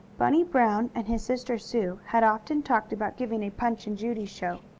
bunny brown and his sister sue had often talked about giving a punch and judy show.